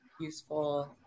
useful